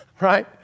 right